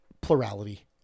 plurality